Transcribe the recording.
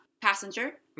passenger